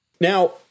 Now